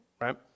right